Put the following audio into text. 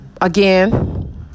again